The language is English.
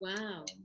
Wow